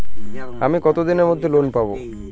আমি কতদিনের মধ্যে লোন পাব?